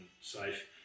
safe